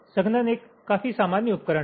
तो संघनन एक काफी सामान्य उपकरण है